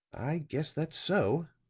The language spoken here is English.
i guess that's so,